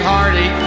Hardy